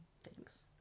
Thanks